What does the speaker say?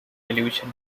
television